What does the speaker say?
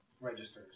registers